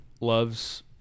loves